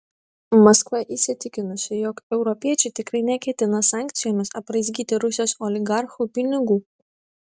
maskva įsitikinusi jog europiečiai tikrai neketina sankcijomis apraizgyti rusijos oligarchų pinigų